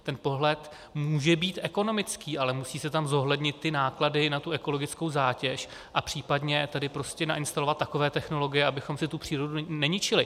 Ten pohled může být ekonomický, ale musí se tam zohlednit náklady na ekologickou zátěž a případně prostě nainstalovat takové technologie, abychom si přírodu neničili.